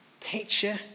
picture